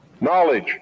Knowledge